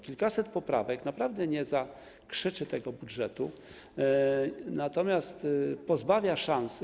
Kilkaset poprawek naprawdę nie zakrzyczy tego budżetu, natomiast pozbawia szansy.